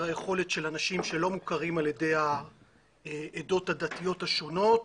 היכולת של אנשים שלא מוכרים על ידי העדות הדתיות השונות